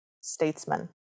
statesman